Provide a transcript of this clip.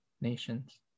nations